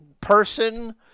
person